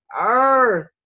earth